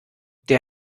der